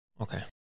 Okay